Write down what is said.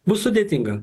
bus sudėtinga